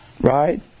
right